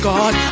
God